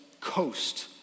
coast